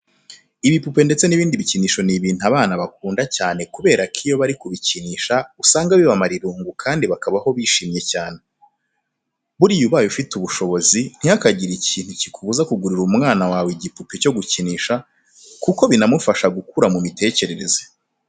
Ibipupe ndetse n'ibindi bikinisho ni ibintu abana bakunda cyane kubera ko iyo bari kubikinisha usanga bibamara irungu kandi bakabaho bishimye cyane. Buriya ubaye ufite ubushobozi ntihakagire ikintu kikubuza kugurira umwana wawe igipupe cyo gukinisha, kuko binamufasha gukura mu mitekerereze.